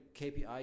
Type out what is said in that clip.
KPI